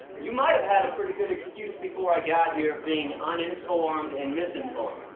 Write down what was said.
you might have had a pretty good excuse before i got here of being uninformed and misinformed.